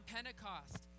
Pentecost